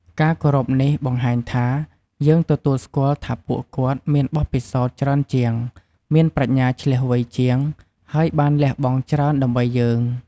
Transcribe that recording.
ការគោរពនេះបង្ហាញថា យើងទទួលស្គាល់ថាពួកគាត់មានបទពិសោធន៍ច្រើនជាង មានប្រាជ្ញាឈ្លាសវៃជាង ហើយបានលះបង់ច្រើនដើម្បីយើង។